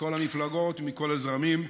מכל המפלגות ומכל הזרמים,